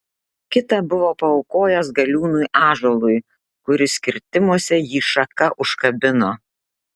kitą buvo paaukojęs galiūnui ąžuolui kuris kirtimuose jį šaka užkabino